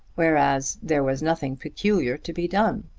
whereas there was nothing peculiar to be done.